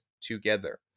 together